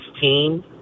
team